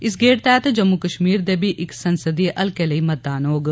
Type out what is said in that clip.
इस गेड़ तैहत जम्मू कश्मीर दे बी इक संसदीय हलके लेई मतदान होग